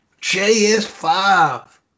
JS5